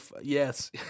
Yes